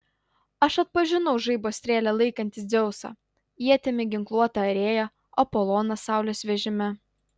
aš atpažinau žaibo strėlę laikantį dzeusą ietimi ginkluotą arėją apoloną saulės vežime